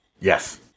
Yes